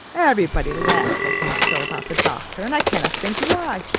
everybody laughs at me so about the doctor, and i cannot think why.